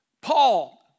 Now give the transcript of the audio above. Paul